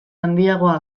handiagoa